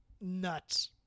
nuts